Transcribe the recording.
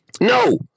No